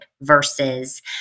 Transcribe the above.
versus